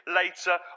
later